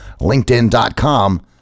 LinkedIn.com